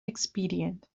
expedient